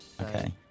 okay